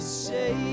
say